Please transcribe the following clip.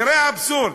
תראה אבסורד: